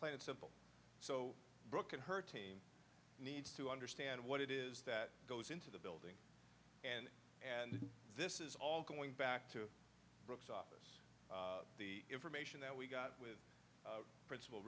plain and simple so brooke and her team needs to understand what it is that goes into the and and this is all going back to brooks office the information that we got with principal